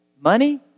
money